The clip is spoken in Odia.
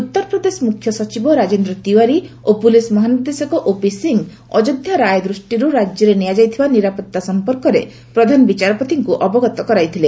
ଉତ୍ତରପ୍ରଦେଶ ମୁଖ୍ୟସଚିବ ରାଜେନ୍ଦ୍ର ତିଓ୍ବାରୀ ଓ ପୁଲିସ୍ ମହାନିର୍ଦ୍ଦେଶକ ଓପି ସିଂ ଅଯୋଧ୍ୟା ରାୟ ଦୃଷ୍ଟିରୁ ରାଜ୍ୟରେ ନିଆଯାଇଥିବା ନିରାପତ୍ତା ସଂପର୍କରେ ପ୍ରଧାନ ବିଚାରପତିଙ୍କୁ ଅବଗତ କରାଇଥିଲେ